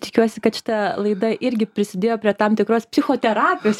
tikiuosi kad šita laida irgi prisidėjo prie tam tikros psichoterapijos